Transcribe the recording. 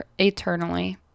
eternally